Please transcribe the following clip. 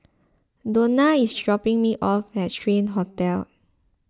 Donna is dropping me off at Strand Hotel